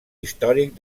històric